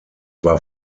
war